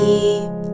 Keep